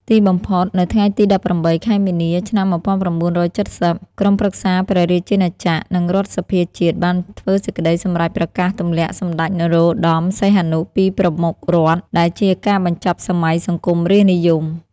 ទីបំផុត នៅថ្ងៃទី ១៨ ខែមីនា ឆ្នាំ ១៩៧០ ក្រុមប្រឹក្សាព្រះរាជាណាចក្រ និងរដ្ឋសភាជាតិបានធ្វើសេចក្ដីសម្រេចប្រកាសទម្លាក់សម្ដេចនរោត្តម សីហនុពីប្រមុខរដ្ឋ ដែលជាការបញ្ចប់សម័យសង្គមរាស្ត្រនិយម។